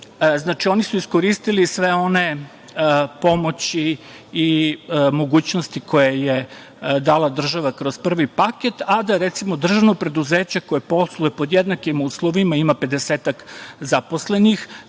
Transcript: Znači, oni su iskoristili sve one pomoći i mogućnosti koje je dala država kroz prvi paket, a da recimo državno preduzeće koje posluje pod jednakim uslovima, ima pedesetak zaposlenih,